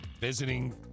Visiting